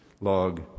log